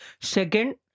Second